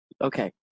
okay